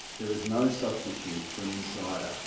there is no substitute for an insider,